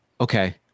Okay